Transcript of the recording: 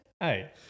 Hey